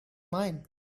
mine